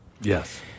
Yes